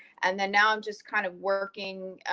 and then now i'm just kind of working,